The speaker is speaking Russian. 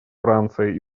франция